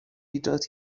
ایجاد